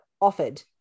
offered